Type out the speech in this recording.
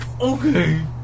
Okay